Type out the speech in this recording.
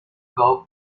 got